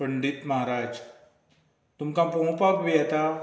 पंडित महाराज तुमकां पोंवपाक बी येता